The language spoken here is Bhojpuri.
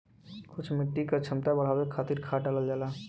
कुछ मिट्टी क क्षमता बढ़ावे खातिर खाद डालल जाला